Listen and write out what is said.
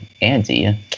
Andy